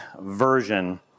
version